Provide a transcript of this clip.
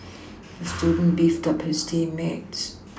the student beefed his team mates